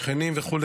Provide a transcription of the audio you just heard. שכנים וכו',